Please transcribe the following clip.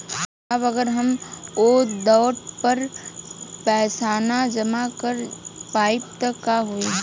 साहब अगर हम ओ देट पर पैसाना जमा कर पाइब त का होइ?